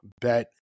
bet